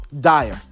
Dire